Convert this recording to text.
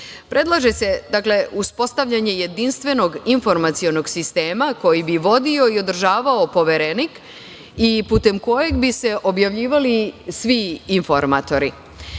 Predlaže se uspostavljanje jedinstvenog informacionog sistema koji bi vodio i održavao Poverenik i putem kojeg bi se objavljivali svi informatori.